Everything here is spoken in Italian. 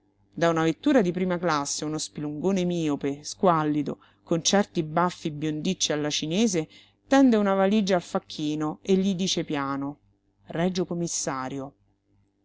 da una vettura di prima classe uno spilungone miope squallido con certi baffi biondicci alla cinese tende una valigia al facchino e gli dice piano regio commissario